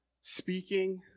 speaking